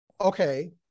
okay